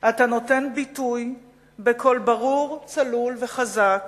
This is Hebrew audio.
אתה נותן ביטוי בקול ברור, צלול וחזק